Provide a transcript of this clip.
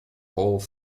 whole